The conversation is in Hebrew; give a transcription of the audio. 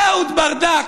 אהוד ברדק,